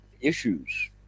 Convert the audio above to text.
issues